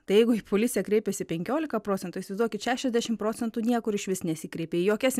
tai jeigu į policiją kreipėsi penkiolika procentų išsituokit šešiasdešim procentų niekur išvis nesikreipė į jokias